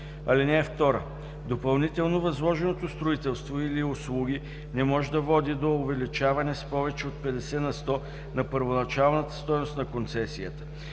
концесионер. (2) Допълнително възложеното строителство и/или услуги не може да води до увеличаване с повече от 50 на сто на първоначалната стойност на концесията.